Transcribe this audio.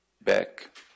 back